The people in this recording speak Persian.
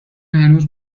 هنوز